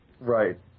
Right